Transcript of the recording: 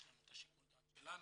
יש לנו את שיקול הדעת שלנו,